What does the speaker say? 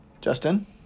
Justin